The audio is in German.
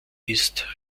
ist